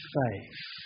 faith